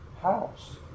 house